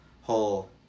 whole